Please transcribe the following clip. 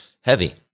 heavy